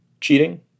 cheating